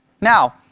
Now